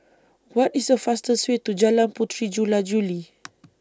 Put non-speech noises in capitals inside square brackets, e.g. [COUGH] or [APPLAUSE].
What IS The fastest Way to Jalan Puteri Jula Juli [NOISE]